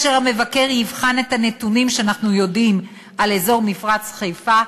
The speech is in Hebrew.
יבחן את הנתונים שאנחנו יודעים על אזור מפרץ חיפה,